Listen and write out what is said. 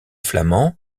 flament